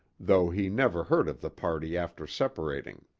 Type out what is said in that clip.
though he never heard of the party after separating.